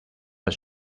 but